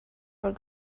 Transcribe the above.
where